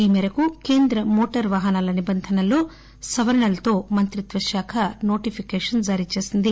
ఈ మేరకు కేంద్ర మోటార్ వాహనాల నిబంధనల్లో సవరణలతో మంత్రిత్వ శాఖ నోటిఫికేషన్ జారీచేసింది